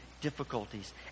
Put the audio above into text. difficulties